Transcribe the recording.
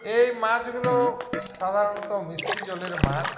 এই মাছগুলো সাধারণত মিষ্টি জলের মাছ